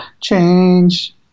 change